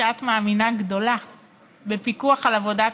שאת מאמינה גדולה בפיקוח על עבודת